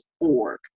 org